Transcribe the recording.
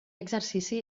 exercici